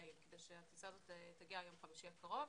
כדי שהטיסה הזאת תגיע ביום חמישי הקרוב.